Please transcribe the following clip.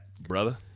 brother